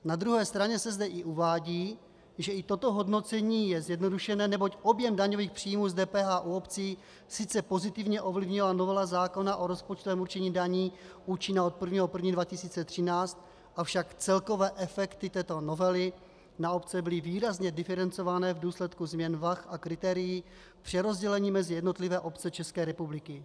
Na druhé straně se zde i uvádí, že i toto hodnocení je zjednodušené, neboť objem daňových příjmů z DPH u obcí sice pozitivně ovlivnila novela zákona o rozpočtovém určení daní účinná od 1. 1. 2013, avšak celkové efekty této novely na obce byly výrazně diferencované v důsledku změn vah a kritérií přerozdělení mezi jednotlivé obce České republiky.